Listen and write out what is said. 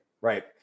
Right